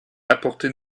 apportez